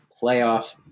playoff